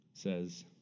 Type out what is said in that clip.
Says